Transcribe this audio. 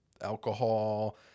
alcohol